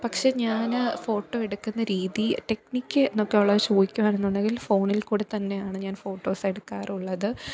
പക്ഷെ ഞാൻ ഫോട്ടോ എടുക്കുന്ന രീതി ടെക്നിക്ക് എന്നൊക്കെ ഉള്ളത് ചോദിക്കുകയാണെന്നുണ്ടെങ്കില് ഫോണില് കൂടി തന്നെയാണ് ഞാന് ഫോട്ടോസ് എടുക്കാറുള്ളത്